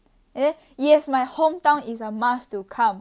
eh yes my hometown is a must to come